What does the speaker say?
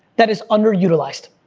that is underutilized.